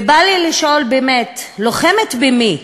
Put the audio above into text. ובא לי לשאול, באמת: לוחמת במי?